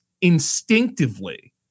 instinctively